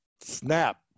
snap